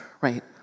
right